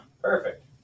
Perfect